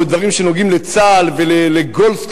או דברים שנוגעים לצה"ל ולגולדסטון?